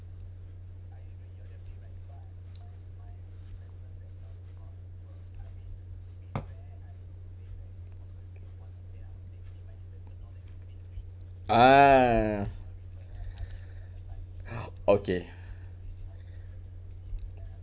ah okay